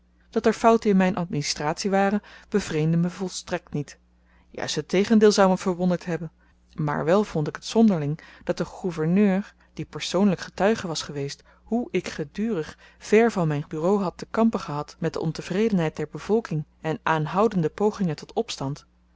dat er fouten in myn administratie waren bevreemdde me volstrekt niet juist het tegendeel zou me verwonderd hebben maar wel vond ik t zonderling dat de gouverneur die persoonlyk getuige was geweest hoe ik gedurig ver van myn bureau had te kampen gehad met de ontevredenheid der bevolking en aanhoudende pogingen tot opstand